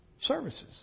services